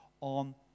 on